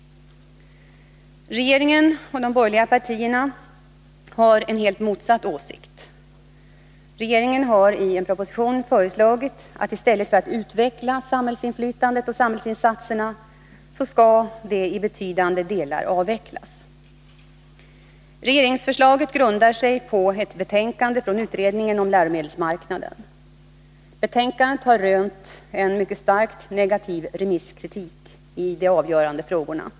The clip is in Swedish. Regeringen och de borgerliga partierna har en rakt motsatt åsikt. Regeringen har nui en proposition föreslagit att i stället för att utveckla samhällsinflytande och samhällsinsatser i betydande delar avveckla dessa. Regeringsförslaget grundar sig på ett betänkande från utredningen om läromedelsmarknaden. Betänkandet har rönt en mycket starkt negativ remisskritik i de avgörande frågorna.